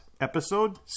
episode